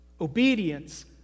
Obedience